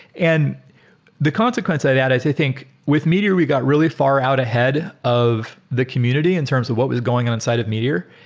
and the consequence i'd add is i think, with meteor, we got really far out ahead of the community in terms of what was going on inside of meteor.